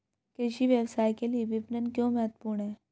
कृषि व्यवसाय के लिए विपणन क्यों महत्वपूर्ण है?